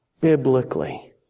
biblically